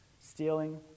stealing